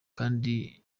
kandi